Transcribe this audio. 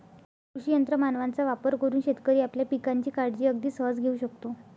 कृषी यंत्र मानवांचा वापर करून शेतकरी आपल्या पिकांची काळजी अगदी सहज घेऊ शकतो